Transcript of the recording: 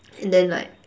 and then like